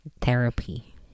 therapy